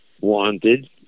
wanted